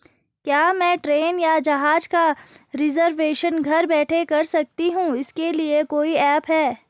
क्या मैं ट्रेन या जहाज़ का रिजर्वेशन घर बैठे कर सकती हूँ इसके लिए कोई ऐप है?